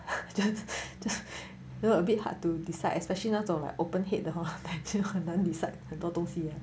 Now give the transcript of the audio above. you know a bit hard to decide especially 那种 like open head the hor 就很难 decide 很多东西